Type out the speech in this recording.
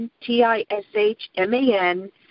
T-I-S-H-M-A-N